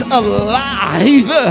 alive